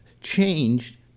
changed